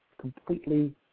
completely